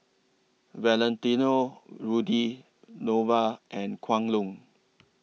Valentino Rudy Nova and Kwan Loong